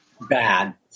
bad